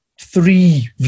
three